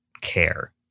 care